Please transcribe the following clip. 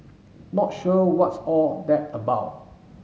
not sure what's all that about